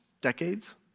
decades